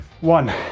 one